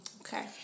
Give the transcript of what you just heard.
Okay